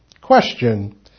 Question